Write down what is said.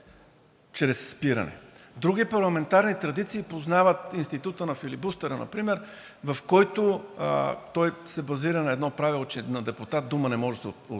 Други парламентарни традиции познават института на филибустера например. Той се базира на едно правило, че на депутат не може да се отнема